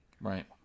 Right